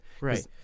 Right